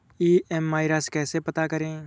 EMI राशि कैसे पता करें?